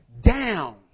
down